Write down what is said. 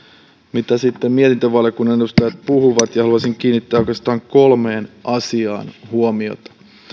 sitä mitä mietintövaliokunnan edustajat puhuvat haluaisin kiinnittää oikeastaan kolmeen asiaan huomiota